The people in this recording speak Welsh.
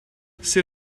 sut